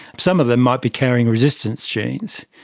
some of them might be carrying resistance genes.